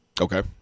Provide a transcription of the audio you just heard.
Okay